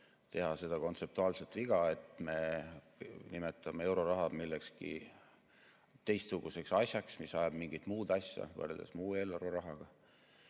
teha seda kontseptuaalset viga, et me nimetame euroraha millekski teistsuguseks asjaks, mis ajab mingit muud asja võrreldes muu eelarverahaga.